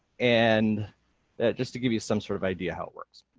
and just to give you some sort of idea how it works.